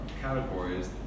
categories